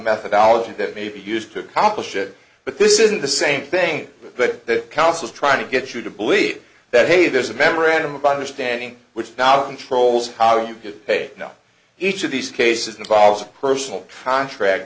methodology that may be used to accomplish it but this isn't the same thing but the council is trying to get you to believe that hey there's a memorandum of understanding which now controls how we get paid you know each of these cases involves a personal contract